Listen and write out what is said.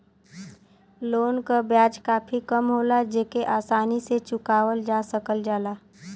loan क ब्याज काफी कम होला जेके आसानी से चुकावल जा सकल जाला